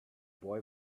boy